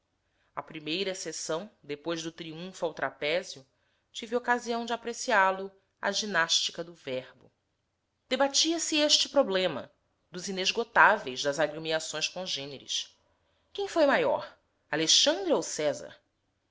à primeira sessão depois do triunfo ao trapézio tive ocasião de apreciá lo à ginástica do verbo debatia-se este problema dos inesgotáveis das agremiações congêneres quem foi maior alexandre ou césar